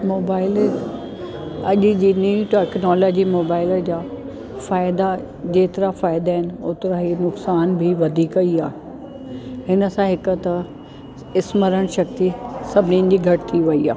mobile अॼु जे new technology mobile जा फ़ाइदा जेतिरा फ़ाइदा आहिनि ओतिरा ई नुक़सानु बि वधीक ई आहे हिन सां हिकु त स्मरण शक्ती सभिनीनि जी घटि थी वई आहे